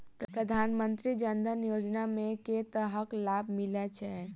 प्रधानमंत्री जनधन योजना मे केँ तरहक लाभ मिलय छै?